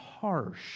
harsh